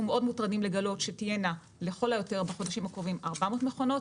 מאוד מוטרדים לגלות שתהיינה לכל היותר בחודשים הקרובים 400 מכונות.